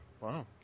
Wow